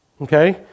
okay